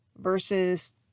versus